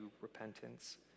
repentance